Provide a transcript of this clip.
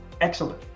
excellent